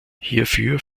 hierfür